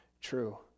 true